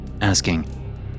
asking